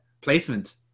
placement